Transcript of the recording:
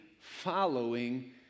following